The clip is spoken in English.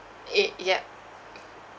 y~ ya